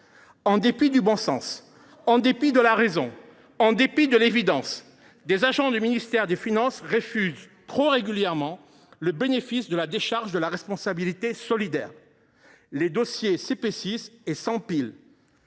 En dépit du bon sens, en dépit de la raison, en dépit de l’évidence, des agents du ministère des finances refusent trop régulièrement le bénéfice de la décharge de responsabilité solidaire. Mais non ! Cela